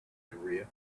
korea